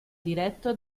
diretto